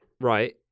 Right